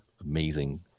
amazing